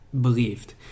believed